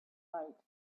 night